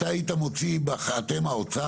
אתם באוצר,